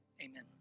amen